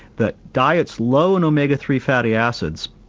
that diets low in omega three fatty acids